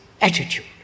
attitude